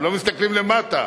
ולא מסתכלים למטה,